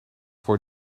voor